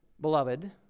beloved